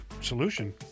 solution